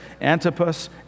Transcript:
Antipas